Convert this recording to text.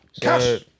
Cash